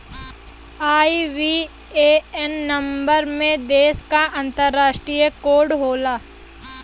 IBAN number में देश क अंतरराष्ट्रीय कोड होला